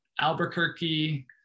Albuquerque